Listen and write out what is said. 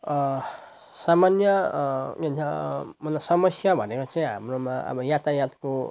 सामान्य के भन्छ मतलब समस्या भनेको चाहिँ हाम्रोमा अब यातायातको